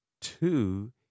Two